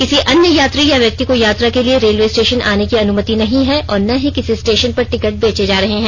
किसी अन्य यात्री या व्यक्ति को यात्रा के लिए रेलवे स्टेशन आने की अनुमति नहीं है और न ही किसी स्टेशन पर टिकट बेचे जा रहे हैं